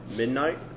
midnight